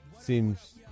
seems